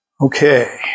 Okay